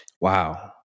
Wow